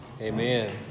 Amen